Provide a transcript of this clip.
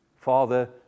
Father